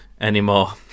anymore